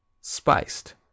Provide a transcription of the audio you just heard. spiced